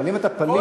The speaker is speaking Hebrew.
אבל אם אתה פליט,